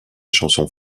chansons